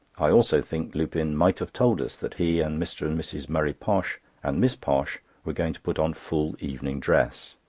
i also think lupin might have told us that he and mr. and mrs. murray posh and miss posh were going to put on full evening dress.